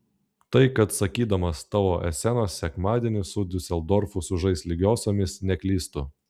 tai kad sakydamas tavo esenas sekmadienį su diuseldorfu sužais lygiosiomis neklystu